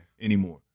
anymore